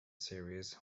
series